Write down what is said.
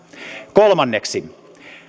kolmanneksi